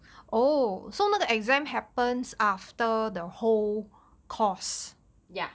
ya